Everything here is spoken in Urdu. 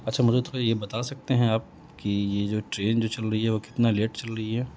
اچھا مجھے تھوڑا یہ بتا سکتے ہیں آپ کہ یہ جو ٹرین جو چل رہی ہے وہ کتنا لیٹ چل رہی ہے